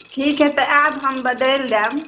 ठीक हइ तऽ आएब हम बदलि देब